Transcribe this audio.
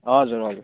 हजुर हजुर